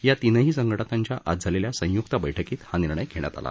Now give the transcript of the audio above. या तीन्ही संघटनांच्या आज झालेल्या संयुक्त बैठकीत हा निर्णय झाला